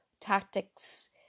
tactics